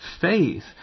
faith